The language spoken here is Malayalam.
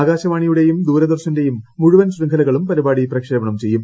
ആകാശവാണിയുടെയും ദൂരദർശന്റെയും മുഴുവൻ ശൃംഖലകളും പരിപാടി പ്രക്ഷേപണം ചെയ്യും